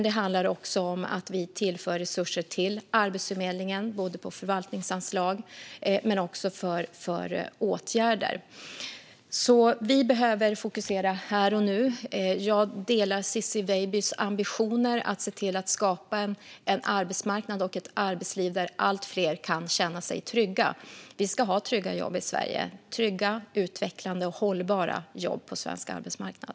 Det handlar också om att vi tillför resurser till Arbetsförmedlingen, både som förvaltningsanslag och till åtgärder. Vi behöver fokusera här och nu. Jag delar Ciczie Weidbys ambitioner att skapa en arbetsmarknad och ett arbetsliv där allt fler kan känna sig trygga. Vi ska ha trygga jobb i Sverige. Vi ska ha trygga, utvecklande och hållbara jobb på svensk arbetsmarknad.